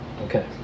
okay